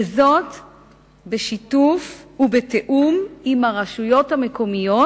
בשיתוף ובתיאום עם הרשויות המקומיות,